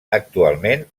actualment